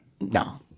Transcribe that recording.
No